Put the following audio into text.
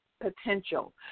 Potential